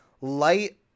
light